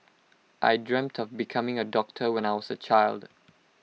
I dreamt of becoming A doctor when I was A child